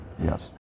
Yes